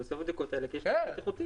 בסוף לבדיקות האלה יש אפקט בטיחותי.